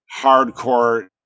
hardcore